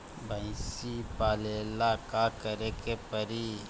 भइसी पालेला का करे के पारी?